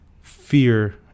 fear